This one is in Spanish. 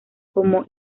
como